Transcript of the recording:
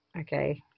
okay